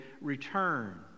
return